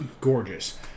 gorgeous